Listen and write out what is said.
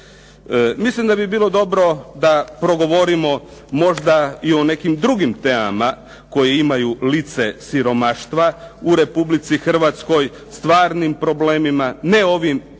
Mislim da bi bilo dobro da progovorimo o nekim drugim temama koje imaju lice siromaštva u Republici Hrvatskoj, stvarnim problemima, ne ovom po